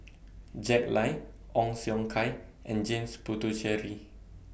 Jack Lai Ong Siong Kai and James Puthucheary